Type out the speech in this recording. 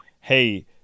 Hey